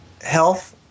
health